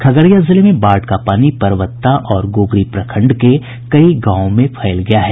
खगड़िया जिले में बाढ़ का पानी परबत्ता और गोगरी प्रखंड के कई गांवों में फैल गया है